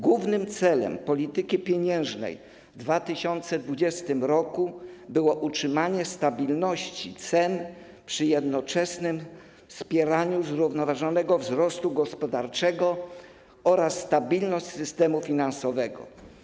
Głównym celem polityki pieniężnej w 2020 r. było utrzymanie stabilności cen przy jednoczesnym wspieraniu zrównoważonego wzrostu gospodarczego oraz stabilność systemu finansowego.